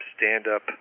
stand-up